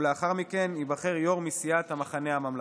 ולאחר מכן ייבחר יו"ר מסיעת המחנה הממלכתי.